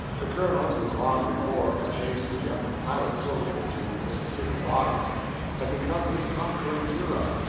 the colonel who long before had chased the young pilot-soldier through the mississippi bottoms had become his conquering hero,